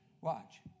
Watch